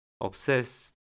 obsessed